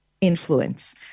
influence